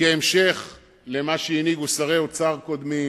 כהמשך למה שהנהיגו שרי אוצר קודמים